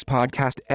Podcast